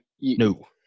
No